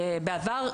בעבר,